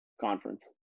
conference